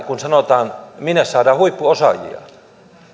kun sanotaan minne saadaan huippuosaajia